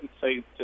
say